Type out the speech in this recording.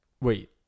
Wait